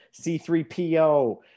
C3PO